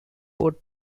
both